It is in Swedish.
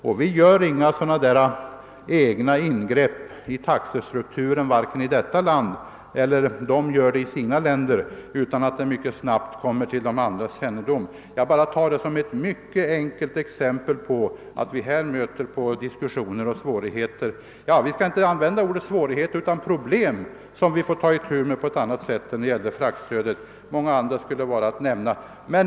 Och man gör inte i något nordiskt land några egna ingrepp i taxestrukturen utan att detta mycket snart kommer till de andra nordiska ländernas kännedom. Jag nämner detta bara såsom ett mycket enkelt exempel på att vi i detta sammanhang möter svårigheter — ja, vi skall inte använda ordet »svårigheter» utan i stället säga att det gäller problem, som vi får ta itu med på ett annat sätt än när det gällde fraktstödet. Många andra exempel skulle kunna nämnas.